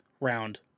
round